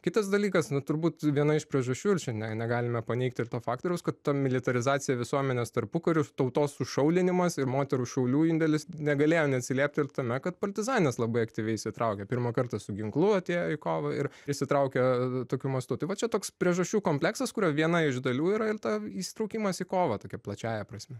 kitas dalykas nu turbūt viena iš priežasčių ir čia ne negalime paneigti ir to faktoriaus kad ta militarizacija visuomenės tarpukariu tautos sušaulinimas ir moterų šaulių indėlis negalėjo neatsiliepti ir tame kad partizanės labai aktyviai įsitraukia pirmą kartą su ginkluote ėjo į kovą ir įsitraukia tokiu mastu tai va čia toks priežasčių kompleksas kurio viena iš dalių yra ir ta įsitraukimas į kovą tokia plačiąja prasme